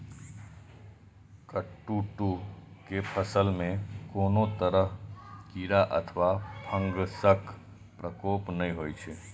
कट्टू के फसल मे कोनो तरह कीड़ा अथवा फंगसक प्रकोप नहि होइ छै